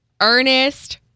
Ernest